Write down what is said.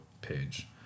page